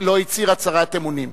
לא הצהיר הצהרת אמונים,